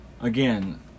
Again